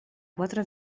quatre